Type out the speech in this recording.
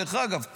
דרך אגב,